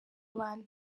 abana